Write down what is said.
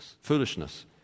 Foolishness